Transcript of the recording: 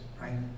right